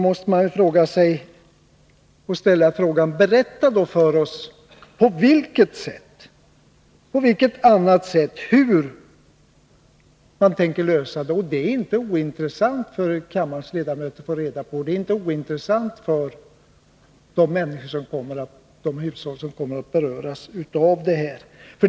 Men berätta då för oss på vilket annat sätt man tänker sig att lösa detta! Det är inte ointressant för kammarens ledamöter liksom inte heller för de människor och hushåll som kommer att beröras att få reda på detta.